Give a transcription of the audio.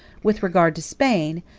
with regard to spain,